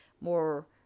more